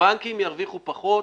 הבנקים ירוויחו פחות,